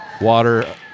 Water